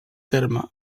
terme